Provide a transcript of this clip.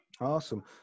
awesome